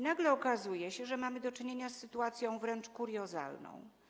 Nagle okazuje się, że mamy do czynienia z sytuacją wręcz kuriozalną.